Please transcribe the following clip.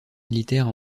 militaires